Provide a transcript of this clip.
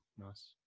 Nice